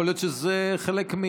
יכול להיות שזה חלק,